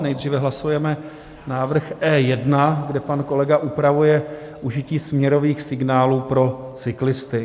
Nejdříve hlasujeme návrh E1, kde pan kolega upravuje užití směrových signálů pro cyklisty.